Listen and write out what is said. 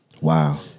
Wow